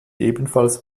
ebenfalls